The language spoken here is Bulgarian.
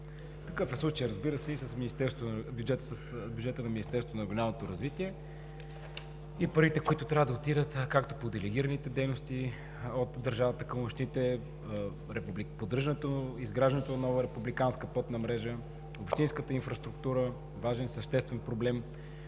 Такъв е случаят, разбира се, и с бюджета на Министерството на регионалното развитие и благоустройството и парите, които трябва да отидат, както по делегираните дейности от държавата към общините, поддържането, изграждането на нова републиканска пътна мрежа. Общинската инфраструктура – важен, съществен проблем,